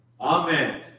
Amen